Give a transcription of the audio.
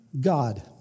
God